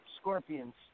Scorpions